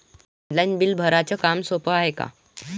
Online bill भराच काम सोपं हाय का?